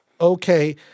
Okay